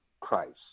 Christ